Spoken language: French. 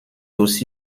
aussi